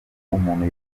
umuntu